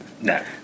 No